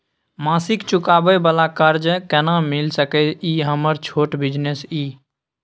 मासिक चुकाबै वाला कर्ज केना मिल सकै इ हमर छोट बिजनेस इ?